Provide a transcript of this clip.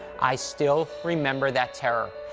i still remember that terror.